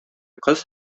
кыз